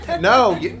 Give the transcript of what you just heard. No